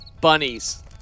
bunnies